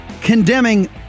condemning